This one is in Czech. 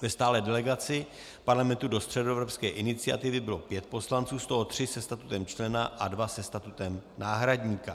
Ve stálé delegaci Parlamentu do Středoevropské iniciativy bylo pět poslanců, z toho tři se statutem člena a dva se statutem náhradníka.